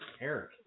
Eric